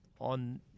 on